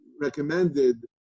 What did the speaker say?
recommended